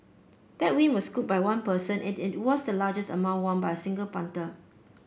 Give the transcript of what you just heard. that win was scooped by one person and it was the largest amount won by single punter